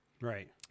Right